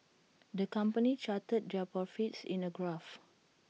the company charted their profits in A graph